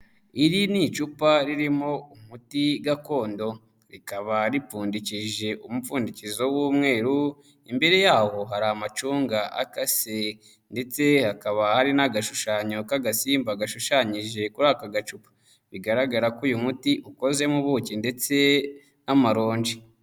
Iri ni icupa ririmo umuti gakondo. Rikaba ripfundikishije umupfundikizo w'umweru, imbere yaho hari amacunga akase ndetse hakaba hari n'agashushanyo k'agasimba gashushanyije kuri aka gacupa. Bigaragara ko uyu muti ukoze mu buki ndetse n'amaronji.